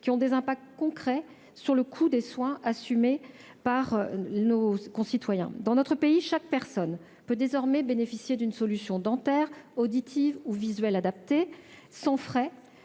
qui ont des impacts concrets sur le coût des soins assumé par nos concitoyens. Dans notre pays, chaque personne peut désormais bénéficier d'une solution dentaire, auditive ou visuelle adaptée, sans frais